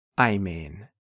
Amen